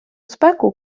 спеку